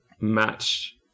match